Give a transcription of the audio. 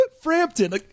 Frampton